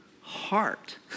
heart